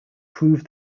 proved